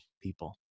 people